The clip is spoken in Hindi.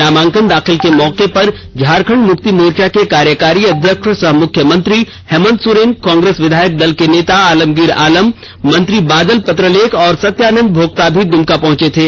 नामांकन दाखिल के मौके पर झारखंड मुक्ति मोर्चा के कार्यकारी अध्यक्ष सह मुख्यमंत्री हेमंत सोरेन कांग्रेस विधायक दल के नेता आलमगीर आलम मंत्री बादल और सत्यानंद भोक्ता भी दुमका पहंचे थे